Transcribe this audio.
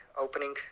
opening